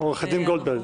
--- עורכת הדין גולדברג,